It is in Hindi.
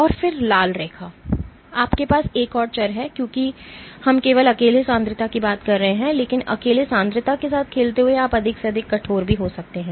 और फिर लाल रेखा आपके पास एक और चर है क्योंकि हम केवल अकेले सांद्रता की बात कर रहे हैं लेकिन अकेले सांद्रता के साथ खेलते हुए आप अधिक से अधिक कठोर भी हो सकते हैं